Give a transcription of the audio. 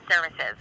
Services